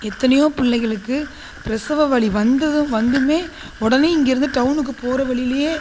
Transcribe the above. எத்தனையோ புள்ளைகளுக்கு பிரசவவலி வந்ததும் வந்துமே உடனே இங்கேருந்து டௌனுக்கு போகிற வழியிலே